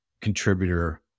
contributor